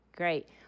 Great